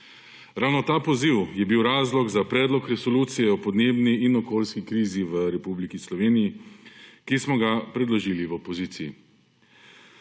Ravno ta poziv je bil razlog za Predlog resolucije o podnebni in okoljski krizi v Republiki Sloveniji, ki smo ga predložili v opoziciji.